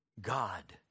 God